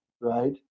right